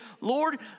Lord